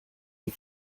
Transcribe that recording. die